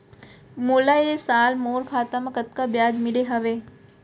मोला ए साल मोर खाता म कतका ब्याज मिले हवये?